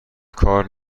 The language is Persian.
کار